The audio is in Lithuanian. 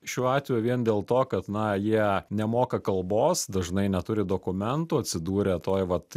šiuo atveju vien dėl to kad na jie nemoka kalbos dažnai neturi dokumentų atsidūrė toj vat